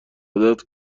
عادت